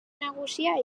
nagusia